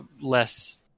less